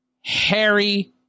Harry